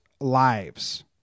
lives